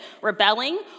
rebelling